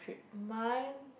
mine